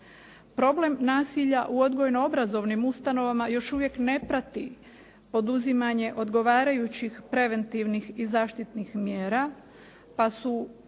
Problem nasilja u odgojno obrazovnim ustanovama još uvijek ne prati poduzimanje odgovarajućih preventivnih i zaštitnih mjera pa su